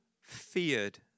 feared